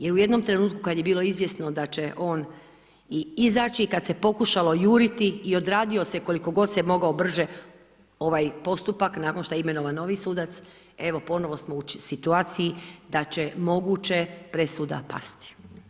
Jer u jednom trenutku kad je bilo izvjesno da će on i izaći, kad se pokušalo juriti i odradio se koliko god se je mogao brže ovaj postupak nakon što je imenovan novi sudac, evo ponovno smo u situaciji da će moguće presuda pasti.